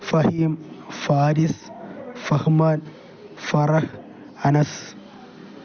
Faheem Faris Fahman Farah Anas